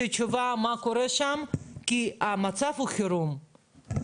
זה לא יכול להיות מה שאת בעצמך אמרת,